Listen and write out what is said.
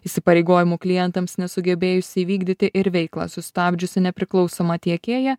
įsipareigojimų klientams nesugebėjusį įvykdyti ir veiklą sustabdžiusį nepriklausomą tiekėją